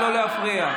די.